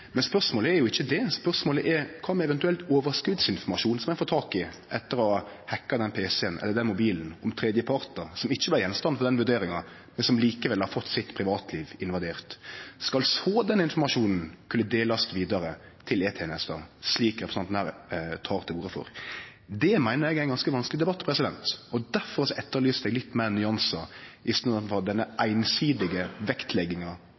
Men spørsmålet er jo ikkje det, spørsmålet er: Kva med eventuell overskotsinformasjon som ein får tak i etter å ha hacka den pc-en eller den mobilen, om tredjepartar som ikkje var gjenstand for den vurderinga, men som likevel har fått sitt privatliv invadert? Skal den informasjonen kunne delast vidare til E-tenesta, slik representanten her tek til orde for? Det meiner eg er ein ganske vanskeleg debatt. Difor etterlyste eg litt fleire nyansar i staden for denne einsidige vektlegginga